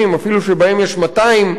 אפילו שבהם יש 200 אנשים,